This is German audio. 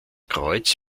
kreuz